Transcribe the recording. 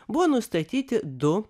buvo nustatyti du